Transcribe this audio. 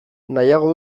nahiago